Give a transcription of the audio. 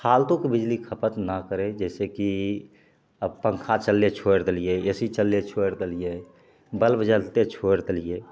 फालतुक बिजली खपत ना करे जैसेकी अब पँखा चलले छोरि देलियै ए सी चलले छोरि देलियै बल्ब जलते छोरि देलियै